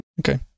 Okay